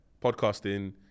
podcasting